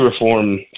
reform